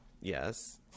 Yes